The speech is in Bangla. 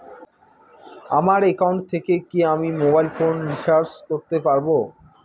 আমার একাউন্ট থেকে কি আমি মোবাইল ফোন রিসার্চ করতে পারবো?